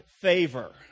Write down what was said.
favor